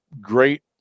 great